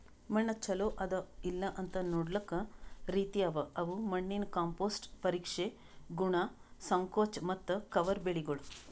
ಮಣ್ಣ ಚಲೋ ಅದಾ ಇಲ್ಲಾಅಂತ್ ನೊಡ್ಲುಕ್ ರೀತಿ ಅವಾ ಅವು ಮಣ್ಣಿನ ಕಾಂಪೋಸ್ಟ್, ಪರೀಕ್ಷೆ, ಗುಣ, ಸಂಕೋಚ ಮತ್ತ ಕವರ್ ಬೆಳಿಗೊಳ್